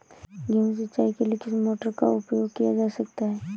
गेहूँ सिंचाई के लिए किस मोटर का उपयोग किया जा सकता है?